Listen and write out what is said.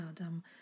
Adam